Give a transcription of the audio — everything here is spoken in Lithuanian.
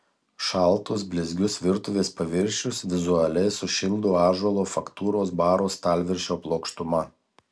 šaltus blizgius virtuvės paviršius vizualiai sušildo ąžuolo faktūros baro stalviršio plokštuma